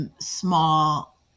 small